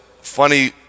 funny